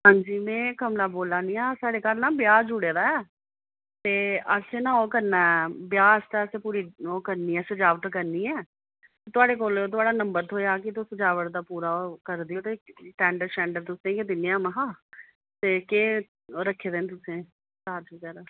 हां जी में कमला बोला नी आं साढ़े घर न ब्याह् जुड़े दा ऐ ते असें ना ओह् करना ऐ ब्याह् आस्तै पूरी ओह् करनी ऐ सजावट करनी ऐ थुआढ़े कोल थुआढ़ा नंबर थ्होएआ हा कि तुस सजालट दा पूरा ओह् करदे ओह् ते टेंडर शैंडर तुसें गी दिन्ने आं महां ते केह् रक्खे दे न तुसें चार्ज बगैरा